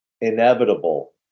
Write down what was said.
inevitable